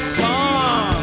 song